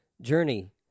journey